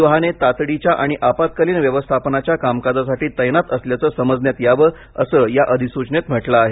ही वाहने तातडीच्या आणि आपत्कालीन व्यवस्थापनाच्या कामकाजासाठी तैनात असल्याचं समजण्यात यावं असं या अधिसूचनेत म्हटले आहे